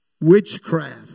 witchcraft